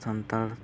Santal